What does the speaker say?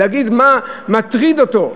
להגיד מה מטריד אותו,